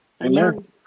Amen